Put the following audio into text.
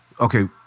okay